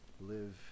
live